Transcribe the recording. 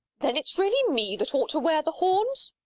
then it's really me that ought to wear the horns?